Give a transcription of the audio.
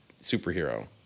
superhero